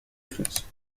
difference